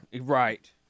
right